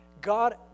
God